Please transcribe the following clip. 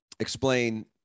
Explain